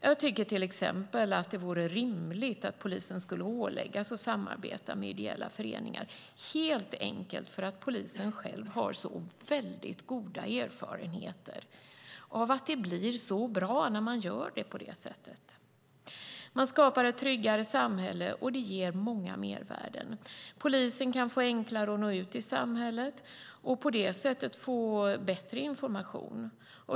Jag tycker till exempel att det vore rimligt att polisen skulle åläggas att samarbeta med ideella föreningar, helt enkelt därför att polisen själv har så väldigt goda erfarenheter av att det blir så bra när man gör på det sättet. Man skapar ett tryggare samhälle, och det ger många mervärden. Polisen kan få enklare att nå ut i samhället och på det sättet få bättre information.